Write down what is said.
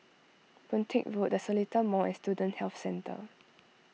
Boon Teck Road the Seletar Mall and Student Health Centre